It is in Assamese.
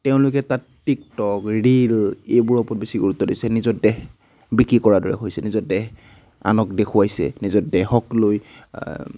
তেওঁলোকে তাত টিকটক ৰীল এইবোৰৰ ওপৰত বেছি গুৰুত্ব দিছে নিজৰ দেহ বিক্ৰী কৰাৰ দৰে হৈছে নিজৰ দেহ আনক দেখুৱাইছে নিজৰ দেহক লৈ